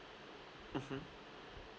mmhmm